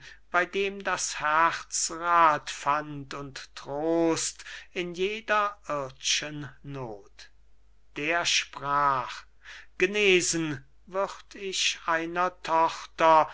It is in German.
bei dem das herz rath fand und trost in jeder ird'schen noth der sprach genesen würd ich einer tochter